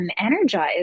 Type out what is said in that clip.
energized